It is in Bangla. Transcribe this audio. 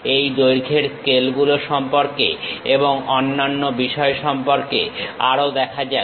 এই দৈর্ঘ্যের স্কেল গুলো সম্পর্কে এবং অন্যান্য বিষয় সম্পর্কে আরও দেখা যাক